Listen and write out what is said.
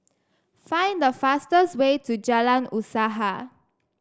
find the fastest way to Jalan Usaha